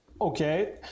Okay